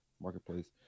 marketplace